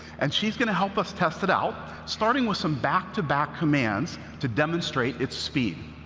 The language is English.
and she's going to help us test it out, starting with some back-to-back commands to demonstrate its speed.